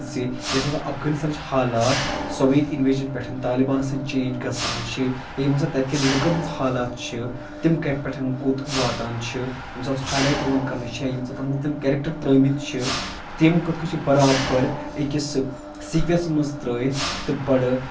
زِ یوٚس ہَسا افغٲنِستانٕچ حالات سوٚویت اِنویجَن پٮ۪ٹھ طالِبانَس تانۍ چینٛج گَژھان چھِ تہٕ یِم ہَسا تَتہِ کٮ۪ن لُکَن ہِنٛز حالات چھِ تِم کَتہِ پٮ۪ٹھ کوٚت واتان چھِ ییٚمہِ ساتہٕ سُہ ہاےلایٹ یِوان کَرنہٕ چھِ ییٚمہِ سَاتہٕ اَتھ منٛز تِم کَرَٮ۪کٹَر ترٛٲومٕتۍ چھِ تِم کِتھ کٔنۍ چھِ برابر أکِس سیٖکینسَس منٛز ترٛٲیِتھ تہٕ بَڑٕ